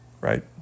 Right